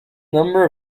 number